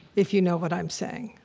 if you know what i'm saying.